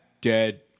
dead